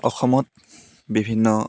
অসমত বিভিন্ন